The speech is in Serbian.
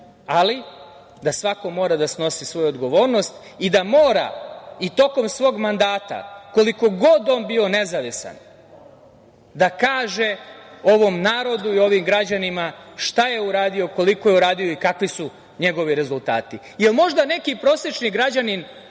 ali da svako mora da snosi svoju odgovornost i da mora i tokom svog mandata, koliko god on bio nezavistan, da kaže ovom narodu i ovim građanima šta je uradio, koliko je uradio i kakvi su njegovi rezultati, jer možda neki prosečni građanin